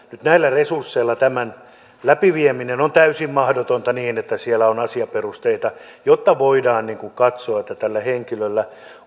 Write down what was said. näillä resursseilla tämän läpivieminen on täysin mahdotonta niin että siellä on asiaperusteita jotta voidaan katsoa että tällä henkilöllä